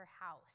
house